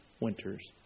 winter's